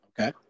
Okay